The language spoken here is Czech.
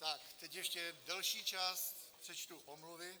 Tak teď ještě delší čas, přečtu omluvy.